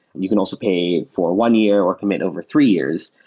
you can also pay for one year or commit over three years.